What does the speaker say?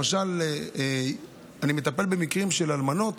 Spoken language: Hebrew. למשל, אני מטפל במקרים של אלמנות